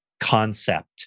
concept